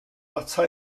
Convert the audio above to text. ata